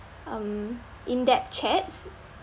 um in that chat